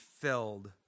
filled